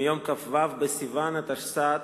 מיום כ"ו בסיוון התשס"ט,